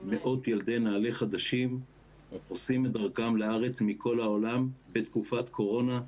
מאות ילדי נעל"ה חדשים עושים את דרכם לארץ מכל העולם בתקופת קורונה,